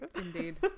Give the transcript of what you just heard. Indeed